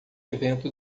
evento